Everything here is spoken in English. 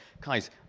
guys